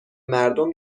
مردم